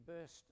burst